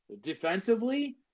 Defensively